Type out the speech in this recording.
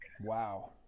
Wow